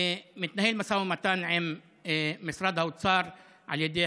מתנהל משא ומתן עם משרד האוצר על ידי